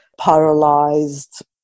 paralyzed